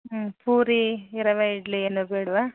ಹ್ಞೂ ಪೂರಿ ರವೆ ಇಡ್ಲಿ ಏನೂ ಬೇಡ್ವಾ